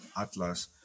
Atlas